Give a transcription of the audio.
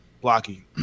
blocky